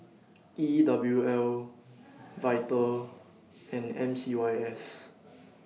E W L Vital and M C Y S